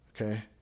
okay